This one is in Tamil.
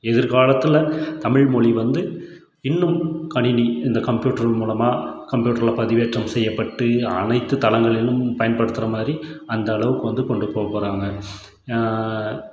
எதிர்காலத்தில் தமிழ் மொழி வந்து இன்னும் கணினி இந்த கம்ப்யூட்டர் மூலமாக கம்ப்யூட்டரில் பதிவேற்றம் செய்யப்பட்டு அனைத்து தலைமுறைகளும் பயன்படுத்துகிற மாதிரி அந்தளவுக்கு வந்து கொண்டு போகப்போறாங்க